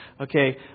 Okay